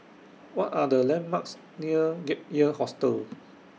What Are The landmarks near Gap Year Hostel